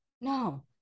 no